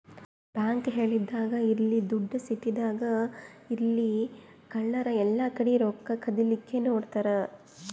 bank ಹಳ್ಳಿದಾಗ್ ಇರ್ಲಿ ದೊಡ್ಡ್ ಸಿಟಿದಾಗ್ ಇರ್ಲಿ ಕಳ್ಳರ್ ಎಲ್ಲಾಕಡಿ ರೊಕ್ಕಾ ಕದಿಲಿಕ್ಕ್ ನೋಡ್ತಾರ್